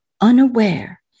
unaware